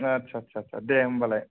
आटसा आटसा आटसा दे होनबालाय